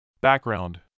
Background